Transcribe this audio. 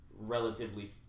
relatively